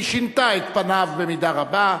והיא שינתה את פניה במידה רבה.